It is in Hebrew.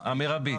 -- המרבית.